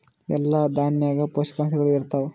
ಎಲ್ಲಾ ದಾಣ್ಯಾಗ ಪೋಷಕಾಂಶಗಳು ಇರತ್ತಾವ?